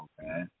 Okay